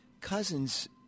Cousins